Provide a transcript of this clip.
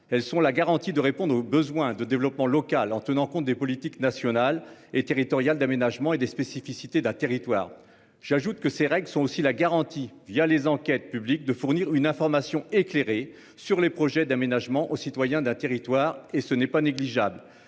elles sont la garantie de répondre aux besoins de développement local en tenant compte des politiques nationales et territoriales d'aménagement et des spécificités d'un territoire. J'ajoute que ces règles sont aussi la garantie via les enquêtes publiques de fournir une information éclairée sur les projets d'aménagement aux citoyens d'un territoire et ce n'est pas négligeable.